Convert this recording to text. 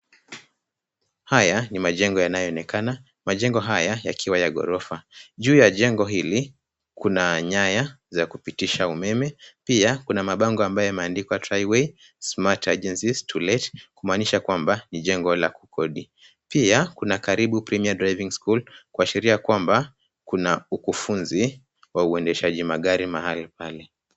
Haya ni majengo yanayoonekana, majengo haya yakiwa ya ghorofa, juu ya jengo hili kuna nyaya za kupitisha umeme pia kuna mabango ambayo yameandikwa Triway Smart Agencies To Let kumaanisha kwamba ni jengo la kukodi pia kuna karibu Premium Driving School kuashiria kwamba kuna ukufunzi wa uendeshaji magari mahali pale.